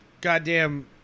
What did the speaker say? goddamn